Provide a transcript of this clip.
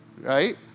right